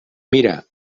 mira